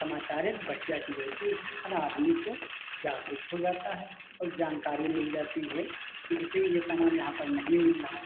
समाचार एक बढ़िया चीज़ होती है कि हर आदमी को जागरुक हो जाता है और जानकारी मिल जाती है कि जैसे यह सामान यहाँ पर नहीं मिल रहा